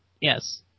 Yes